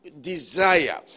desire